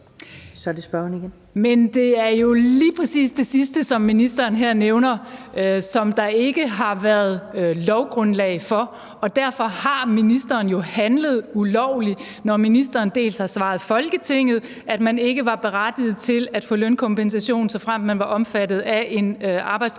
Men det er jo lige præcis det sidste, som ministeren her nævner, som der ikke har været lovgrundlag for, og derfor har ministeren jo handlet ulovligt, når ministeren har svaret Folketinget, at man ikke var berettiget til at få lønkompensation, såfremt man var omfattet af en arbejdskonflikt,